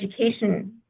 education